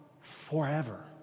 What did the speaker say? forever